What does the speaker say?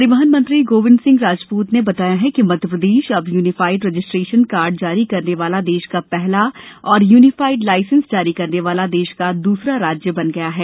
परिवहन मंत्री गोविंद सिंह राजपूत ने बताया है कि मध्यप्रदेश अब यूनिफाइड रजिस्ट्रेशन कार्ड जारी करने वाला देश का पहला और यूनिफाइड लायसेंस जारी करने वाला देश का दूसरा राज्य बन गया है